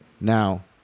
now